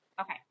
okay